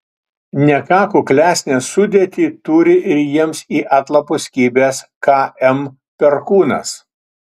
ne ką kuklesnę sudėtį turi ir jiems į atlapus kibęs km perkūnas